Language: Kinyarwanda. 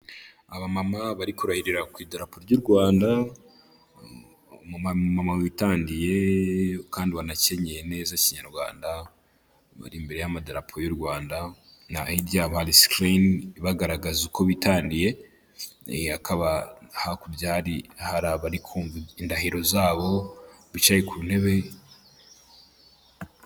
Abamama bari kurahirira ku idarapo ry'u Rwanda. Umumama witangiye kandi wanakenyeye neza kinyarwanda, bari imbere y'amadarapo y'u Rwanda; na hirya yabo hari sikirini ibagaragaza uko bitangiye. Akaba hakurya hari abari kumva indahiro zabo bicaye ku ntebe...